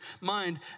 mind